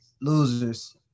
Losers